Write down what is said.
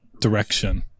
direction